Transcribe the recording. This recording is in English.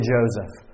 Joseph